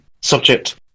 Subject